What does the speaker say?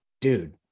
dude